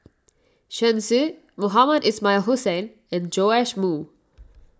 Shen Xi Mohamed Ismail Hussain and Joash Moo